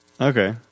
Okay